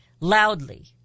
loudly